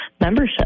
membership